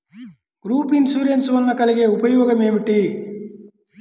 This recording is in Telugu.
గ్రూప్ ఇన్సూరెన్స్ వలన కలిగే ఉపయోగమేమిటీ?